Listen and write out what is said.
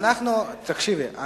תקשיבי,